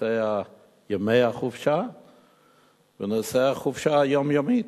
נושא ימי החופשה ונושא החופשה היומיומית,